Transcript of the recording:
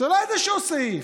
זה לא איזשהו סעיף.